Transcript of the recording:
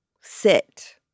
sit